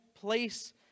place